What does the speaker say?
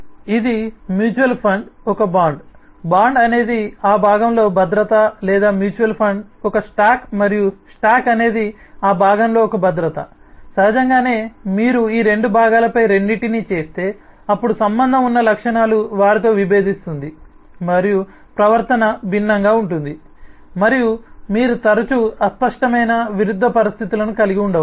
ఇది mutual fund ఒక bond bond అనేది ఆ భాగంలో భద్రత లేదా మ్యూచువల్ ఫండ్ ఒక స్టాక్ మరియు స్టాక్ అనేది ఆ భాగంలో ఒక భద్రత సహజంగానే మీరు ఈ రెండు భాగాలపై రెండింటినీ చేస్తే అప్పుడు సంబంధం ఉన్న లక్షణాలు వారితో విభేదిస్తుంది మరియు ప్రవర్తన భిన్నంగా ఉంటుంది మరియు మీరు తరచూ అస్పష్టమైన విరుద్ధ పరిస్థితులను కలిగి ఉండవచ్చు